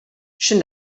sin